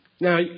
Now